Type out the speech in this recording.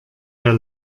der